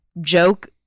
joke